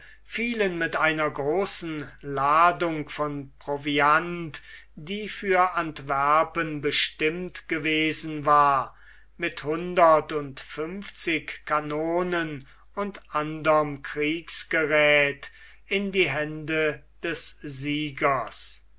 fielen mit einer großen ladung von proviant die für antwerpen bestimmt gewesen war mit hundert und fünfzig kanonen und anderm kriegsgeräthe in die hände des siegers